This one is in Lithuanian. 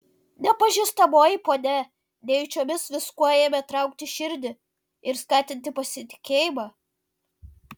nepažįstamoji ponia nejučiomis viskuo ėmė traukti širdį ir skatinti pasitikėjimą